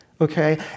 okay